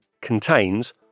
contains